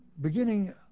beginning